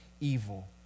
evil